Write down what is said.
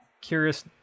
curious